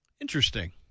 Interesting